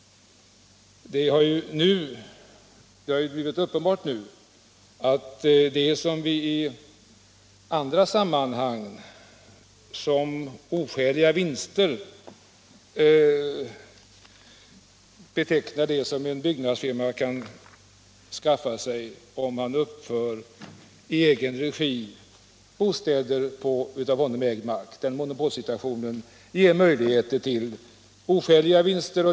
När en byggnadsfirma i egen regi uppför byggnader på av firman själv ägd mark, ger den monopolsituationen möjligheter till oskäliga vinster.